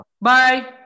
Bye